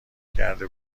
کرده